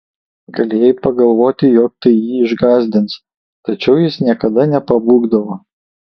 galėjai pagalvoti jog tai jį išgąsdins tačiau jis niekada nepabūgdavo